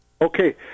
Okay